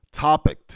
topic